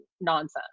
nonsense